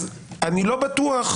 אז אני לא בטוח,